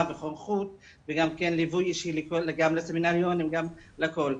וחונכות וגם ליווי אישי לסמינריונים ולהכל.